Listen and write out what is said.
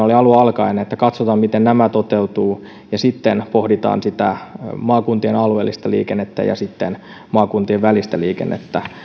oli alun alkaen että katsotaan miten nämä toteutuvat ja sitten pohditaan maakuntien alueellista liikennettä ja maakuntien välistä liikennettä